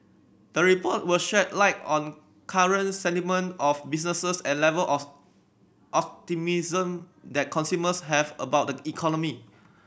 the report will shed light on current sentiment of businesses and level of of optimism that consumers have about the economy